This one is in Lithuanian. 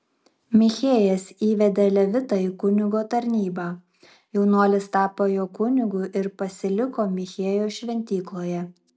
michėjas įvedė levitą į kunigo tarnybą jaunuolis tapo jo kunigu ir pasiliko michėjo šventykloje